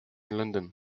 london